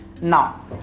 Now